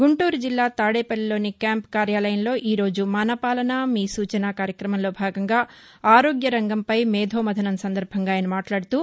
గుంటూరు జిల్లా తాదేపల్లిలోని క్యాంపు కార్యాలయంలో ఈ రోజు మన పాలన మీ సూచన కార్యక్రమంలో భాగంగా ఆరోగ్య రంగంపై మేధోమథనం సందర్బంగా ఆయన మాట్లాడుతూ